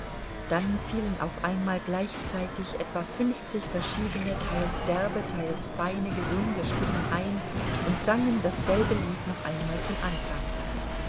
dann fielen auf einmal gleichzeitig etwa fünfzig verschiedene teils derbe teils feine gesunde stimmen ein und sangen dasselbe lied noch einmal von anfang